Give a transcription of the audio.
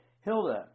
Hilda